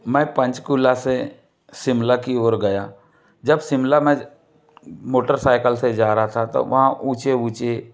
मैं पंचकुला से शिमला की ओर गया जब शिमला में मोटरसाइकिल से जा रहा था तो वहाँ ऊँचे ऊँचे